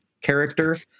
character